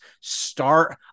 start